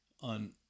on